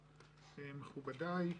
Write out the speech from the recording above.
מכובדיי,